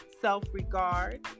self-regard